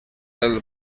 del